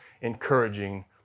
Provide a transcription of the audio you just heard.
encouraging